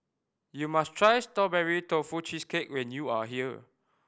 you must try Strawberry Tofu Cheesecake when you are here